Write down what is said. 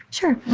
sure.